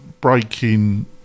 breaking